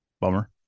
bummer